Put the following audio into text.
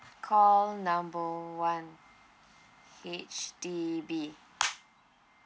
call number one H_D_B